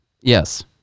Yes